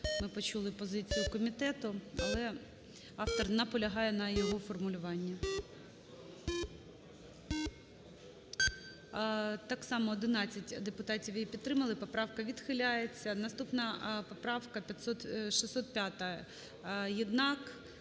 ми почули позицію комітету, але автор наполягає на його формулюванні. 13:36:18 За-11 Так само, 11 депутатів її підтримали, поправка відхиляється. Наступна поправка 605-а.Єднак,